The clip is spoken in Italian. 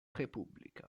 repubblica